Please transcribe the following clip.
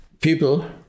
people